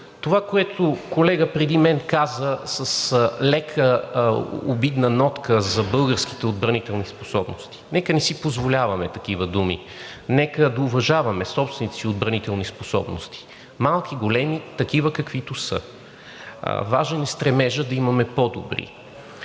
това, което колега преди мен каза с лека обидна нотка за българските отбранителни способности, нека не си позволяваме такива думи, нека да уважаваме собствените си отбранителни способности – малки, големи, такива, каквито са. Важен е стремежът да имаме по-добри.